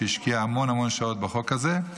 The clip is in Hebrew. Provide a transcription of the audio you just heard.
שהשקיעה המון המון שעות בחוק הזה,